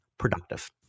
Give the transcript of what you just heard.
productive